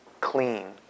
clean